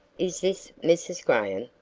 is this mrs. graham?